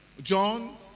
John